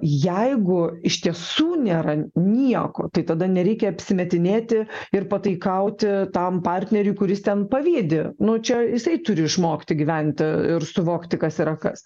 jeigu iš tiesų nėra nieko tai tada nereikia apsimetinėti ir pataikauti tam partneriui kuris ten pavydi nu čia jisai turi išmokti gyventi ir suvokti kas yra kas